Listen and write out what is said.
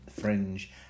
Fringe